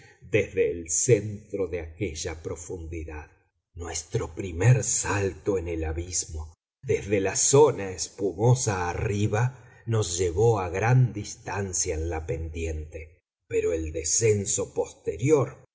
desde el centro de aquella profundidad nuestro primer salto en el abismo desde la zona espumosa arriba nos llevó a gran distancia en la pendiente pero el descenso posterior